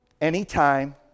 anytime